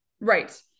Right